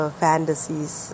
fantasies